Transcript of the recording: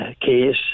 case